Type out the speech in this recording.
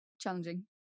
challenging